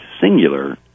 singular